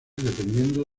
dependiendo